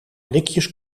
blikjes